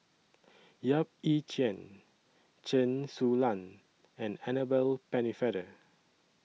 Yap Ee Chian Chen Su Lan and Annabel Pennefather